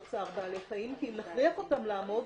צער בעלי חיים כי אם נכריח אותן לעמוד,